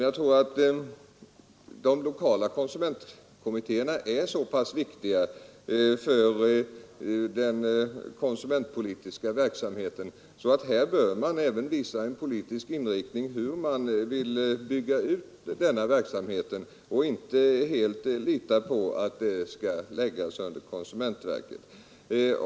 Jag tror emellertid att de lokala konsumentkommittéerna är så pass viktiga för den konsumentpolitiska verksamheten att man bör ge en politisk anvisning om hur man vill bygga ut den verksamheten och inte helt lita på att detta skall läggas under konsumentverket.